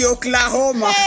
Oklahoma